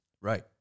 Right